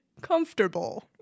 comfortable